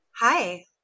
Hi